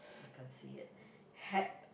I can't see it